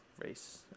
race